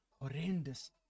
horrendous